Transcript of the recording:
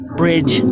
bridge